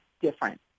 different